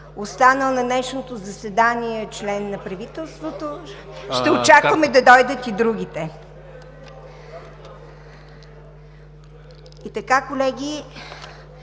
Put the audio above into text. останал на днешното заседание член на правителството ще очакваме да дойдат и другите! Колеги,